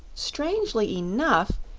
strangely enough,